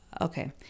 Okay